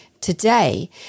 Today